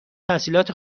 تحصیلات